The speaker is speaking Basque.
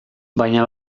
baina